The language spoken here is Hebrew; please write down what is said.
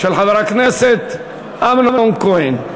של חבר הכנסת אמנון כהן.